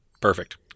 Perfect